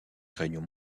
réunions